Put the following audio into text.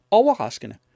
overraskende